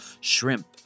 shrimp